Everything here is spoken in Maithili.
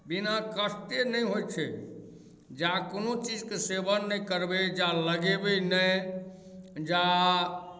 बिना कष्टे नहि होइ छै जा कोनो चीजके सेवन नहि करबै जा लगेबै नहि जा